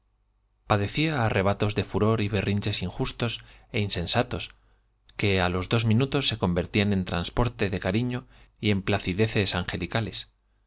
padecía arrebatos de furor y berrinches injustos é insensatos que á los dos minutos se con vertían en de cariño transportes y en placideces angelicales